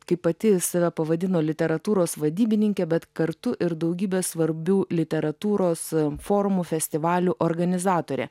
kaip pati save pavadino literatūros vadybininkė bet kartu ir daugybė svarbių literatūros formų festivalių organizatorė